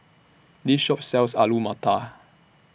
This Shop sells Alu Matar